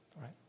right